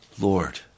Lord